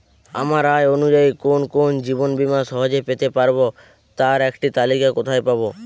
আমার আয় অনুযায়ী কোন কোন জীবন বীমা সহজে পেতে পারব তার একটি তালিকা কোথায় পাবো?